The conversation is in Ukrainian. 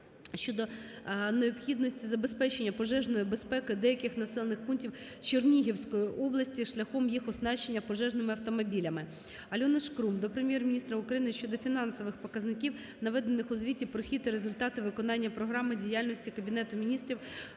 щодо необхідності забезпечення пожежної безпеки деяких населених пунктів Чернігівської області шляхом їх оснащення пожежними автомобілями. Альони Шкрум до Прем'єр-міністра України щодо фінансових показників, наведених у звіті про хід і результати виконання програми діяльності Кабінету Міністрів